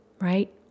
right